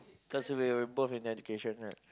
cause we're we're both in education right